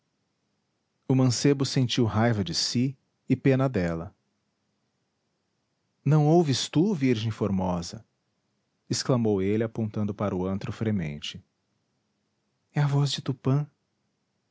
o mancebo sentiu raiva de si e pena dela não ouves tu virgem formosa exclamou ele apontando para o antro fremente é a voz de tupã